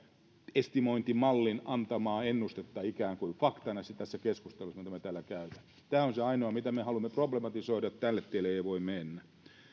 estimointimallin antamaa ennustetta ikään kuin faktana tässä keskustelussa mitä täällä käydään tämä on se ainoa mitä me haluamme problematisoida tälle tielle ei voi mennä